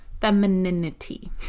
Femininity